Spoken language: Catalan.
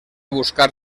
buscar